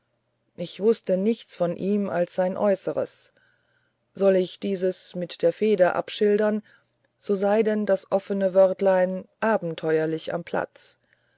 ich wußte nichts von ihm als sein äußeres soll ich dieses mit der feder abschildern so sei denn das offene wörtlein abenteuerlich am platz